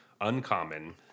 uncommon